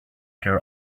their